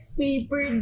paper